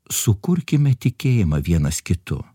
sukurkime tikėjimą vienas kitu